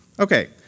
okay